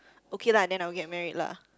okay lah then I'll get married lah